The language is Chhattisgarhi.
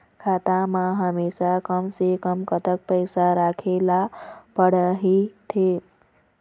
खाता मा हमेशा कम से कम कतक पैसा राखेला पड़ही थे?